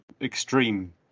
extreme